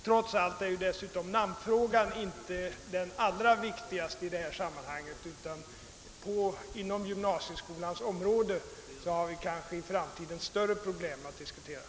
Trots allt är ju inte namnfrågan den allra viktigaste i sammanhanget, utan vi har större problem att diskutera i framtiden på gymnasieskolans område.